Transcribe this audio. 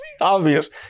obvious